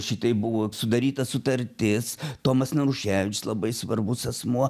šitaip buvo sudaryta sutartis tomas naruševičius labai svarbus asmuo